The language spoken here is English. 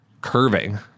curving